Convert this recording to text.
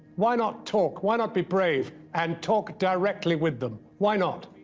why not talk? why not be brave and talk directly with them? why not?